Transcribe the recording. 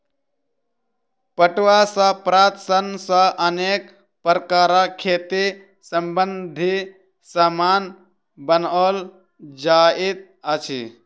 पटुआ सॅ प्राप्त सन सॅ अनेक प्रकारक खेती संबंधी सामान बनओल जाइत अछि